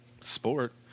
sport